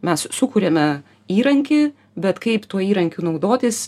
mes sukuriame įrankį bet kaip tuo įrankiu naudotis